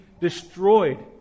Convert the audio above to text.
destroyed